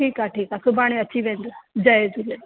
ठीकु आहे ठीकु आहे सुभाणे अची वेंदुव जय झूलेलाल